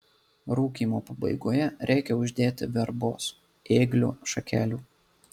rūkymo pabaigoje reikia uždėti verbos ėglio šakelių